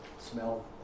Smell